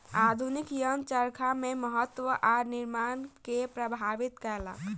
आधुनिक यंत्र चरखा के महत्त्व आ निर्माण के प्रभावित केलक